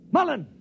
Mullen